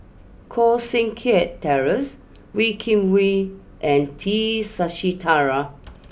Koh Seng Kiat Terence Wee Kim Wee and T Sasitharan